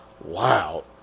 wow